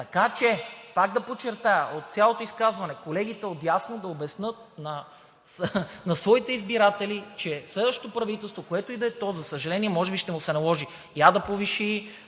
Така че, пак да подчертая, от цялото изказване колегите отдясно да обяснят на своите избиратели, че следващото правителство, което и да е то, за съжаление, може би ще му се наложи я да повиши